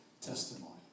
testimony